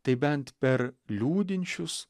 tai bent per liūdinčius